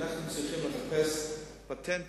אנחנו צריכים לחפש פטנטים,